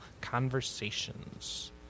conversations